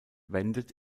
wendet